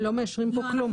לא מאשרים כאן כלום.